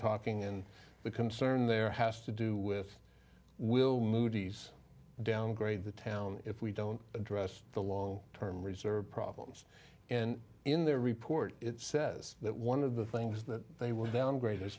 talking and the concern there has to do with will moody's downgrade the town if we don't address the long term reserve problems in their report it says that one of the things that they would downgrade